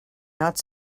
not